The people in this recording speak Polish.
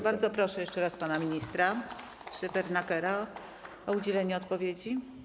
Bardzo proszę jeszcze raz pana ministra Szefernakera o udzielenie odpowiedzi.